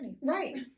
Right